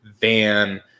van